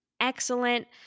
Excellent